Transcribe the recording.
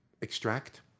extract